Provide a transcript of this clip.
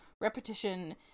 repetition